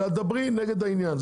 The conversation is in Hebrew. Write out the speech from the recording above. אלא דברי נגד העניין.